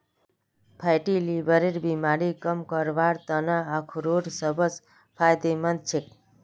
fatty लीवरेर बीमारी कम करवार त न अखरोट सबस फायदेमंद छेक